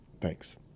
Thanks